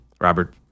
Robert